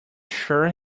sure